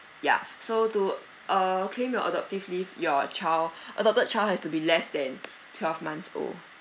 ya so to err claim your adoptive leave your child adopted child has to be less than twelve months old